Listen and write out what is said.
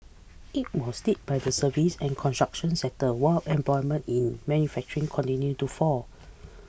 it was led by the services and construction sectors while employment in manufacturing continued to fall